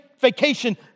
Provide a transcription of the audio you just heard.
vacation